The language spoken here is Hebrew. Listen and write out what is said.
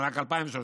רק ב-2003.